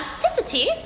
Elasticity